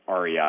REI